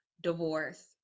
divorce